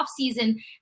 offseason